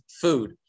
food